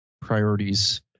priorities